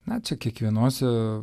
na čia kiekvienose